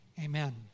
amen